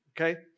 okay